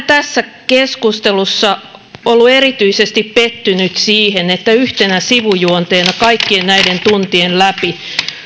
tässä keskustelussa ollut erityisesti pettynyt siihen että yhtenä sivujuonteena kaikkien näiden tuntien läpi